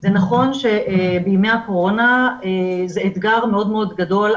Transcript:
זה נכון שבימי הקורונה זה אתגר מאוד מאוד גדול,